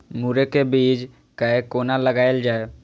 मुरे के बीज कै कोना लगायल जाय?